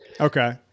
Okay